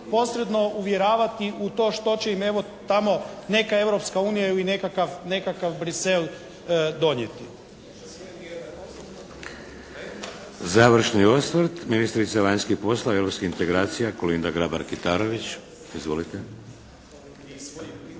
posredno uvjeravati u to što će im evo, tamo neka Europska unija ili nekakav Bruxelles donijeti. **Šeks, Vladimir (HDZ)** Završni osvrt, ministrica vanjskih poslova i europskih integracija, Kolinda Grabar-Kitarović. Izvolite!